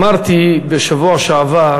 אמרתי בשבוע שעבר